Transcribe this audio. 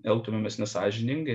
elgtumėmės nesąžiningai